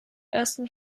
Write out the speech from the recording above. ersten